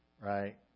Right